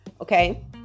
okay